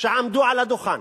שעמדו על הדוכן